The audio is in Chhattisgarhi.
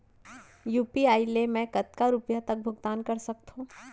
यू.पी.आई ले मैं कतका रुपिया तक भुगतान कर सकथों